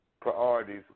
priorities